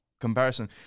comparison